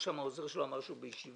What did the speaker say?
העוזר שלו אמר שהוא בישיבה,